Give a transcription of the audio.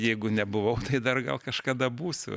jeigu nebuvau tai dar gal kažkada būsiu